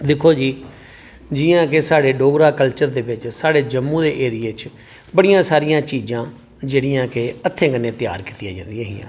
दिक्खो जी जि'यां कि साढ़े डोगरा कल्चर दे बिच साढ़े जम्मू दे एरिया च बड़ियां सारियां चीजां जेह्ड़ियां कि हत्थें कन्नै त्यार कीतियां जंदियां हियां